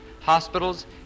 hospitals